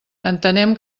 entenem